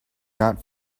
not